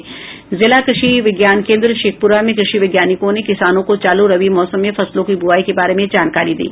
जिला कृषि विज्ञान केन्द्र शेखपुरा में कृषि वैज्ञानिकों ने किसानों को चालू रबी मौसम में फसलों की बुआई के बारे में जानकारी दी